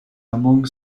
among